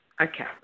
Okay